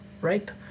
right